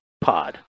pod